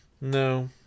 No